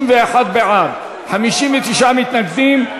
61 בעד, 59 מתנגדים.